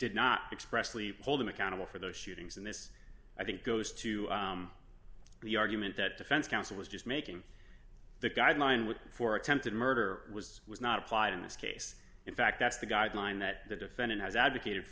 did not express lee hold him accountable for those shootings and this i think goes to the argument that defense counsel was just making the guideline was for attempted murder was not applied in this case in fact that's the guideline that the defendant has advocated